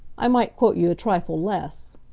i might quote you a trifle less.